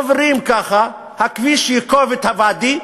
עוברים ככה, הכביש ייקוב את הוואדי,